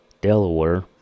Delaware